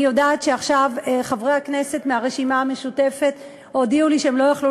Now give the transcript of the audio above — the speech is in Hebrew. אני יודעת שעכשיו חברי הכנסת מהרשימה המשותפת הודיעו לי שהם לא יוכלו